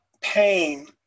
pain